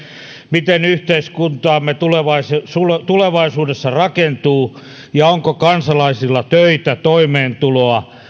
miten yhteiskuntamme tulevaisuudessa rakentuu ja onko kansalaisilla töitä toimeentuloa